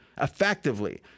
effectively